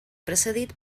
precedit